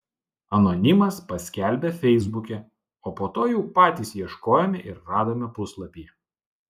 anonimas paskelbė feisbuke o po to jau patys ieškojome ir radome puslapyje